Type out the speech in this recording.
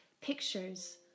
pictures